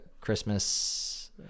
Christmas